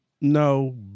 No